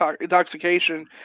intoxication